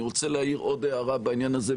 אני רוצה להעיר עוד הערה בעניין הזה,